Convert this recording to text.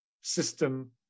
system